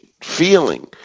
feeling